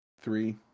Three